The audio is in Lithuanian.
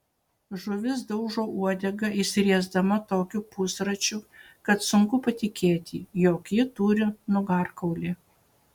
žuvis daužo uodega išsiriesdama tokiu pusračiu kad sunku patikėti jog ji turi nugarkaulį